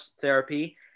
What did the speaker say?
therapy